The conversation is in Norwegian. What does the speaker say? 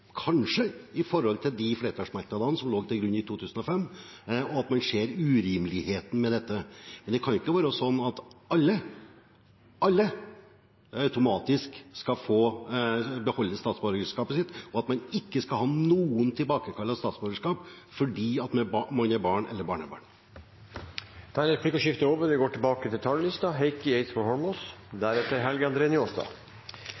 kanskje med bakgrunn i de flertallsmerknadene som lå til grunn i 2005, og at de ser urimeligheten i dette. Men det kan ikke være slik at alle automatisk skal få beholde statsborgerskapet sitt, og at man ikke skal ha tilbakekall av statsborgerskap, fordi man er barn eller barnebarn. Replikkordskiftet er over. Nå viste statsråden hvorfor det er